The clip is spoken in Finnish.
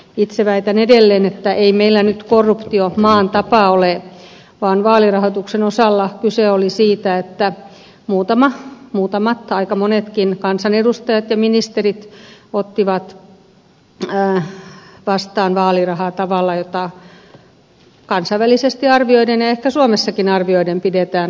itse väitän edelleen että ei meillä nyt korruptio maan tapa ole vaan vaalirahoituksen osalla kyse oli siitä että muutamat aika monetkin kansanedustajat ja ministerit ottivat vastaan vaalirahaa tavalla jota kansainvälisesti arvioiden ja ehkä suomessakin arvioiden pidetään korruptiona